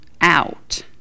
out